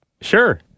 Sure